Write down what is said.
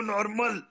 Normal